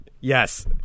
yes